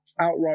outright